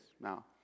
now